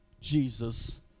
Jesus